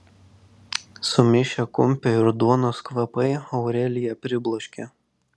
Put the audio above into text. sumišę kumpio ir duonos kvapai aureliją pribloškė